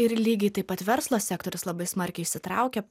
ir lygiai taip pat verslo sektorius labai smarkiai įsitraukia